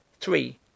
three